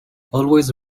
always